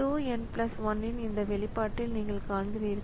tau n 1 இன் இந்த வெளிப்பாட்டில் நீங்கள் காண்கிறீர்கள்